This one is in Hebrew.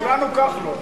כולנו כחלון.